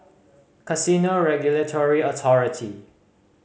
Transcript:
Casino Regulatory Authority